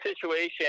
situation